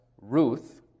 Ruth